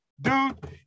Dude